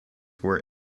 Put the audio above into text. were